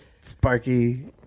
Sparky